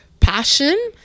Passion